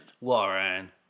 Warren